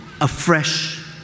afresh